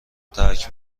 ترک